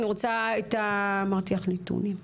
אני רוצה את, אמרתי, את הנתונים.